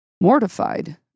mortified